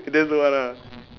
that's the one ah